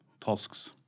tasks